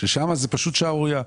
ששם זה פשוט שערורייה.